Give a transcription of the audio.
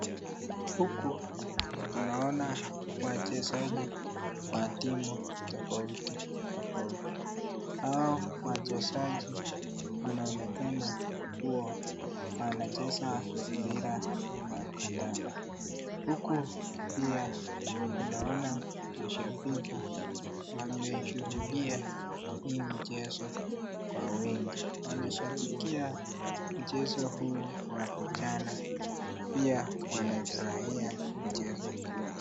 Huku ninaona wachezaji wa timu tofautitofauti, hao wachezaji wanaonekana kuwa wanacheza mpira wa kadanda , hukupia tunaona mashabiki wanashuhudia hii mchezo kwa wingi, wanashabikia mchezo huu wa vijana pia wanafurahia mchezo huo.